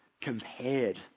compared